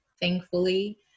Thankfully